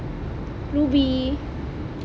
rubi